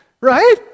right